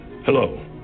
Hello